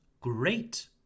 great